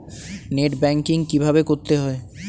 Net banking কীভাবে করতে হয়?